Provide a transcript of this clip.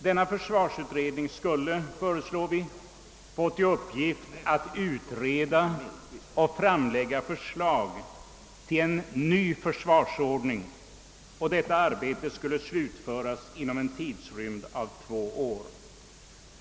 Denna försvarsutredning skulle, föreslår vi, få till uppgift att utreda och framlägga förslag till en ny försvarsordning, och detta arbete skulle slutföras inom två år.